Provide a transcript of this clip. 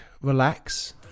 relax